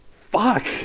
fuck